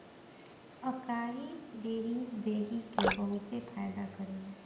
अकाई बेरीज देहि के बहुते फायदा करेला